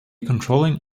controlling